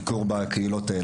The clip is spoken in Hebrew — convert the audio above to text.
ביקור בקהילות האלה,